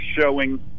showing